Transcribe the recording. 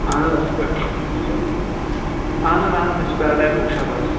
اَہن حظ اصٕل پأٹھۍ اَہن حظ اَہن حظ أسۍ چھ پیراڈایز بُک شاپ حظ